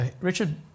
Richard